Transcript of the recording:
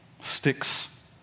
sticks